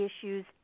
issues